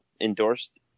endorsed